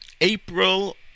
April